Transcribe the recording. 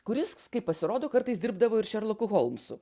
kuris kaip pasirodo kartais dirbdavo ir šerloku holmsu